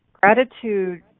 gratitude